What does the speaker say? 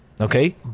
okay